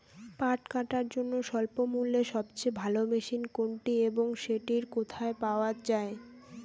পাট কাটার জন্য স্বল্পমূল্যে সবচেয়ে ভালো মেশিন কোনটি এবং সেটি কোথায় পাওয়া য়ায়?